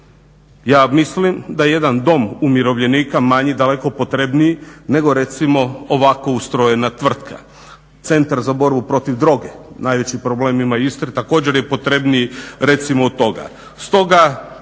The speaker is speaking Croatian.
Ja mislim da jedan dom umirovljenika manji daleko potrebniji nego recimo ovako ustrojena tvrtka. Centar za borbu protiv droge najveći problem ima u Istri također je potrebniji recimo od toga.